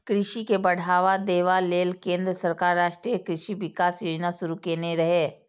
कृषि के बढ़ावा देबा लेल केंद्र सरकार राष्ट्रीय कृषि विकास योजना शुरू केने रहै